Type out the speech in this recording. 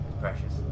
precious